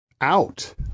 out